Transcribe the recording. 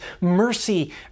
mercy